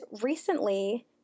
recently –